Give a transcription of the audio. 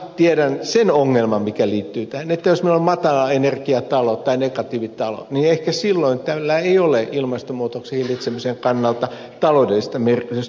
tiedän sen ongelman mikä liittyy tähän että jos meillä on matalaenergiatalo tai negatiivitalo niin ehkä silloin tällä ei ole ilmastonmuutoksen hillitsemisen kannalta taloudellista merkitystä